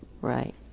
right